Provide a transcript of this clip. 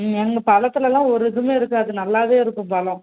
ம் எங்க பழத்தெலலாம் ஒரு இதுவுமே இருக்காது நல்லாவே இருக்கும் பழம்